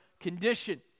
condition